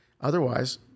Otherwise